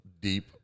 deep